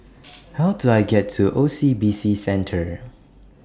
How Do I get to O C B C Centre